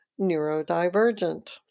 neurodivergent